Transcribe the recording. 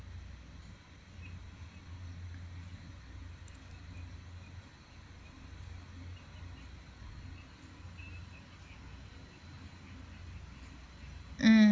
mm